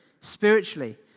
spiritually